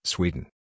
Sweden